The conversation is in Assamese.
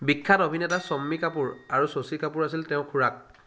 বিখ্যাত অভিনেতা শম্মি কাপুৰ আৰু শশী কাপুৰ আছিল তেওঁৰ খুড়াক